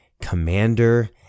commander